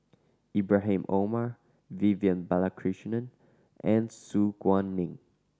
Ibrahim Omar Vivian Balakrishnan and Su Guaning